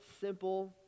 simple